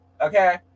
Okay